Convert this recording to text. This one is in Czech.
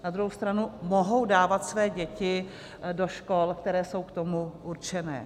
Na druhou stranu mohou dávat své děti do škol, které jsou k tomu určené.